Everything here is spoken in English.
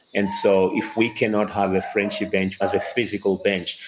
and so if we cannot have a friendship bench as a physical bench,